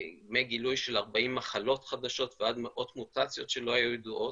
מגילוי של 40 מחלות חדשות ועד מאות מוטציות שלא היו ידועות,